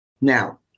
Now